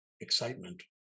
excitement